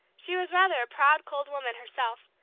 she was rather a proud, cold woman herself,